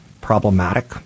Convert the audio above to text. problematic